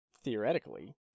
Theoretically